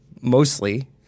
mostly